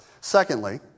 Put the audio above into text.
Secondly